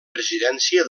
presidència